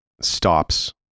stops